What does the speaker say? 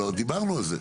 לא לא, דיברנו על זה.